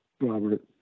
Robert